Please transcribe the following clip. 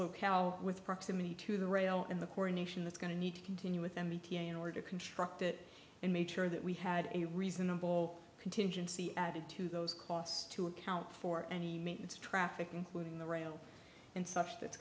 cow with proximity to the rail and the coronation that's going to need to continue with them e t a in order to construct it and make sure that we had a reasonable contingency added to those costs to account for any maintenance traffic including the rail and such that's